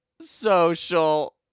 social